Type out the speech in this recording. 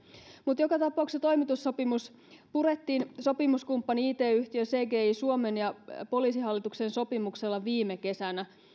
mutta joka tapauksessa toimitussopimus purettiin sopimuskumppani it yhtiö cgi suomen ja poliisihallituksen sopimuksella viime kesänä